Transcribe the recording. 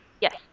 Yes